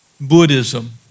Buddhism